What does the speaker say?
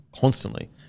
constantly